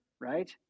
right